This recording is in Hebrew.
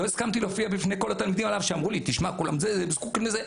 לא הסכמתי להופיע בפני כל התלמידים אף על פי שאמרו לי: הם זקוקים לזה.